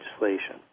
legislation